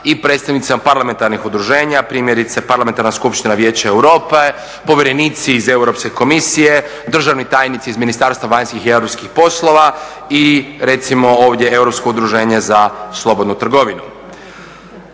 i predstavnicima parlamentarnih udruženja, primjerice Parlamenta skupština Vijeća Europe, povjerenici iz Europske komisije, državni tajnici iz Ministarstva vanjskih i europskih poslova i recimo ovdje Europsko udruženje za slobodnu trgovinu.